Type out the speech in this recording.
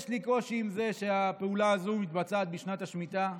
יש לי קושי עם זה שהפעולה הזו מתבצעת בשנת השמיטה.